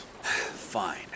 Fine